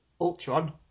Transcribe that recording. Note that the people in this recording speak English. Ultron